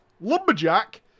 lumberjack